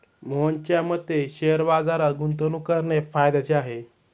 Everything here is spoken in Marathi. मोहनच्या मते शेअर बाजारात गुंतवणूक करणे फायद्याचे आहे